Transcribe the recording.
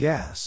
Gas